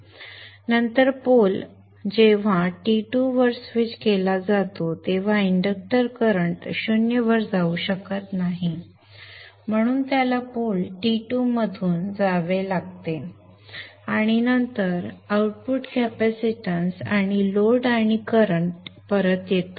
नंतर जेव्हा pole T2 वर स्विच केला जातो तेव्हा इंडक्टर करंट 0 वर जाऊ शकत नाही म्हणून त्याला पोल T2 मधून जावे लागते आणि नंतर आउटपुट कॅपॅसिटन्स आणि लोड आणि करंट परत येतो